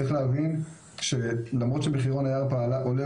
צריך להבין שלמרות שמחירון הירפא עולה